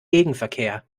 gegenverkehr